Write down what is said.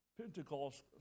Pentecost